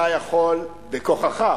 בכוחך,